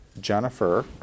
Jennifer